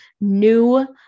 new